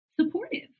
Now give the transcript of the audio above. supportive